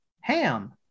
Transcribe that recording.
ham